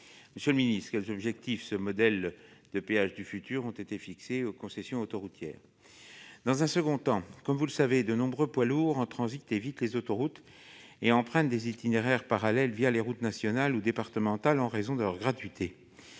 Monsieur le ministre, quels objectifs relatifs à ce modèle de péage du futur ont été fixés aux concessions autoroutières ? Dans un second temps, comme vous le savez, de nombreux poids lourds en transit évitent les autoroutes et empruntent des itinéraires parallèles les routes nationales ou départementales en raison de leur gratuité.